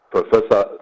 Professor